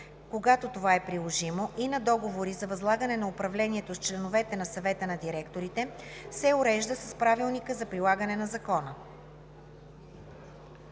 когато това е приложимо, и на договори за възлагане на управлението с членовете на съвета на директорите се урежда с правилника за прилагане на закона.“